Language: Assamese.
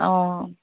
অ'